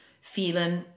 feeling